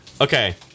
okay